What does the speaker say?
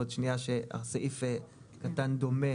שסעיף קטן דומה,